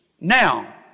Now